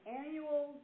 annual